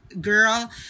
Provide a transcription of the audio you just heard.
girl